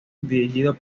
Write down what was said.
dirigido